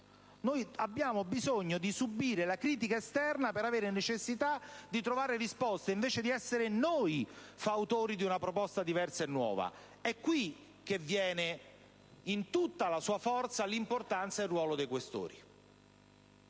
Noi abbiamo bisogno di subire la critica esterna per avere necessità di trovare risposte, invece di essere noi fautori di una proposta diversa e nuova. È qui che viene in tutta la sua forza l'importanza ed il ruolo dei senatori